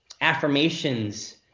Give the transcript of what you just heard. affirmations